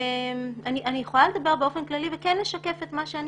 אני יכולה לדבר באופן כללי וכן לשקף את מה שאני